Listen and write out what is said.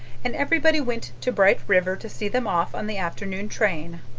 and everybody went to bright river to see them off on the afternoon train.